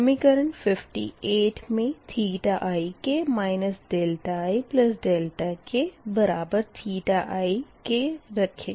समीकरण 58 मे ik ikik रखें